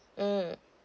mmhmm